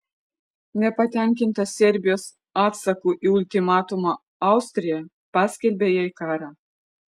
nepatenkinta serbijos atsaku į ultimatumą austrija paskelbė jai karą